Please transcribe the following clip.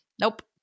Nope